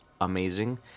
amazing